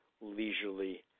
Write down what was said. leisurely